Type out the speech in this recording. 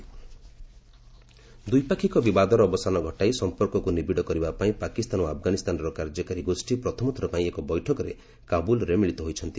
Pak Afghan talk ଦ୍ୱିପାକ୍ଷିକ ବିବାଦର ଅବସାନ ଘଟାଇ ସଂପର୍କକୁ ନିବିଡ଼ କରିବା ପାଇଁ ପାକିସ୍ତାନ ଓ ଆଫଗାନିସ୍ଥାନର କାର୍ଯ୍ୟକାରୀ ଗୋଷୀ ପ୍ରଥମଥର ପାଇଁ ଏକ ବୈଠକରେ କାବୁଲ୍ରେ ମିଳିତ ହୋଇଛନ୍ତି